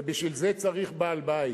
ובשביל זה צריך בעל-בית.